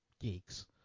geeks